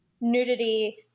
nudity